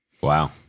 Wow